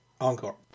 Encore